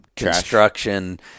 construction